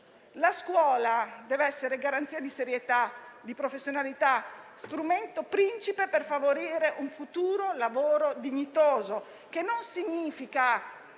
La scuola deve essere garanzia di serietà e professionalità e strumento principe per favorire un futuro lavoro dignitoso, che significa